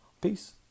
Peace